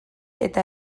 eta